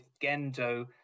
Gendo